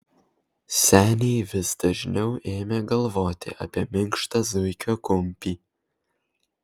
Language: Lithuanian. seniai vis dažniau ėmė galvoti apie minkštą zuikio kumpį